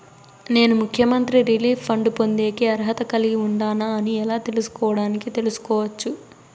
నేను ముఖ్యమంత్రి relief fund పొందేకి అర్హత కలిగి ఉండానా అని ఎలా తెలుసుకోవడానికి తెలుసుకోవచ్చు